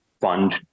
fund